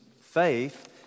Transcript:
faith